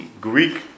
Greek